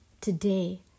Today